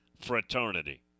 fraternity